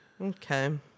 okay